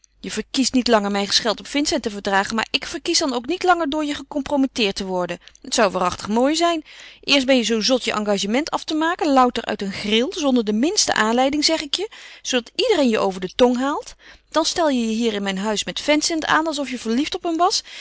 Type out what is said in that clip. je verkiest niet langer mijn gescheld op vincent te verdagen maar ik verkies dan ook niet langer door je gecomprometteerd te worden het zou waarachtig mooi zijn eerst ben je zoo zot je engagement af te maken louter uit een gril zonder de minste aanleiding zeg ik je zoodat iedereen je over den tong haalt dan stel je je hier in mijn huis met vincent aan alsof je verliefd op hem was